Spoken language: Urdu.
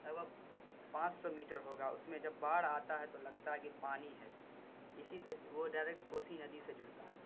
لگ بھگ پانچ سو میٹر ہوگا اس میں جب باڑھ آتا ہے تو لگتا ہے پانی ہے اسی وہ ڈائریکٹ کوسی ندی سے جڑتا ہے